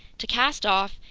to cast off,